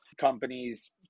companies